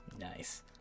nice